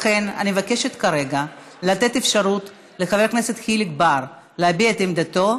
לכן אני מבקשת כרגע לתת אפשרות לחבר הכנסת חיליק בר להביע את עמדתו,